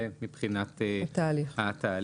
זה מבחינת התהליך.